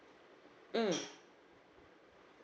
mm